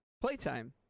playtime